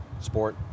sport